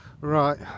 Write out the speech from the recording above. right